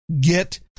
get